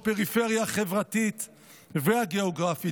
בפריפריה החברתית והגיאוגרפית.